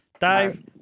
Dave